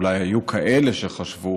אולי היו כאלה שחשבו,